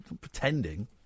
Pretending